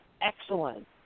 excellent